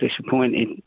disappointed